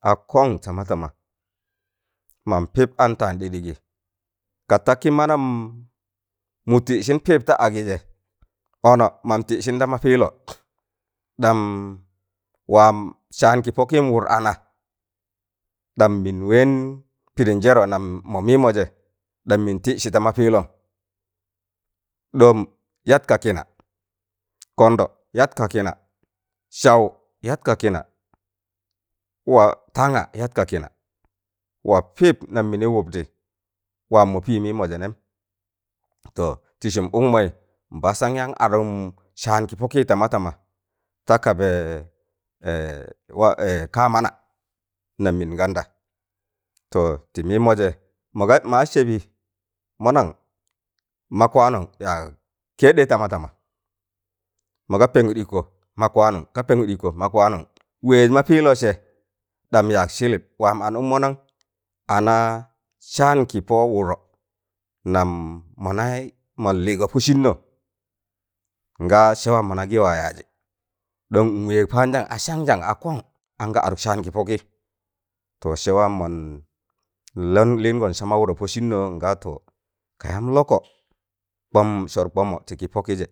A kọn tamatama, mam pịp an taan ɗịgdịgị ka takị mana m mụ tịịsịn pịp da agịjẹ ọnọ man tiḍsịn da ma pịịlọ ɗam waam saan kị pọkịịm wụd ana ɗam mịn wẹẹn pịdịn jẹrọ nam mọ mimọjẹ ɗam mịn tịdsị ta ma pịịlọm ɗọm yat ka kịna kọndo yatka kịna sau yatka kịna wa tanga yat ka kịna wa pịp nam mini wụbtị wamo pi mimo je nẹm to tịsụm ụkmọị mbasam yaan adụk saan kị pọọkịị tama tama takabẹ ka mana nam mịn ganda to tị mimọjẹ mọga maa sẹbị mọnan ma kwanun yaag kẹɗẹ tama tama mọnga pẹngụr ịkọ ma kwanun ka pẹngụr ịkọ ma kwanun wẹẹz ma pịịlọ sẹ ɗam yaag sịlịp waam an ụkmọ nan? Anaa saan kịpọ wụdọ nam mọna mọn lịịgọ pọsịnnọ ngaa sẹ waa mọnagị wa yaajị don nwẹeg̣ paandan a sanjan a kọn an ga adụk saan kị pọkị to sẹ waam mọn n nlọn- lịịngọn sama wụdọ pọ sịnnọ nga to ka yam lọkọ kbọm sọr kbọmo tịkị pọkịjẹ